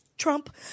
Trump